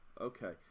Okay